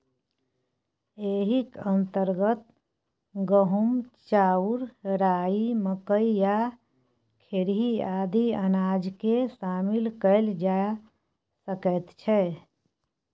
एहिक अंतर्गत गहूम, चाउर, राई, मकई आ खेरही आदि अनाजकेँ शामिल कएल जा सकैत छै